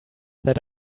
that